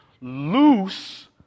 loose